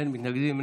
אין מתנגדים,